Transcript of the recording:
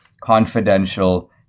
confidential